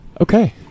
Okay